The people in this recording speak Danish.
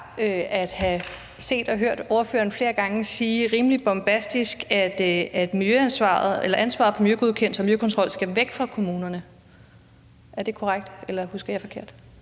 at have set og hørt ordføreren flere gange sige rimelig bombastisk, at ansvaret på miljøgodkendelser og miljøkontrol skal væk fra kommunerne. Er det korrekt, eller husker jeg forkert?